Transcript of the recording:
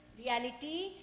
Reality